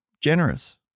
generous